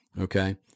Okay